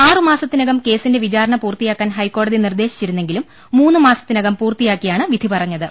ആറുമാസത്തിനകം കേസിന്റെ വിചാരണ പൂർത്തിയാക്കാൻ ഹൈക്കോടതി നിർദേശിച്ചിരുന്നെങ്കിലും മൂന്ന് മാസത്തിനകം പൂർത്തിയാക്കിയാണ് വിധി പറഞ്ഞത്